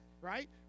right